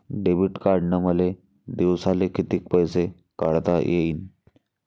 Debit कार्डनं मले दिवसाले कितीक पैसे काढता येईन?